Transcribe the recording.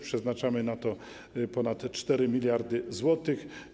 Przeznaczamy na to ponad 4 mld zł.